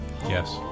Yes